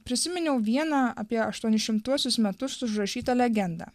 prisiminiau vieną apie aštuoni šimtuosius metus užrašytą legendą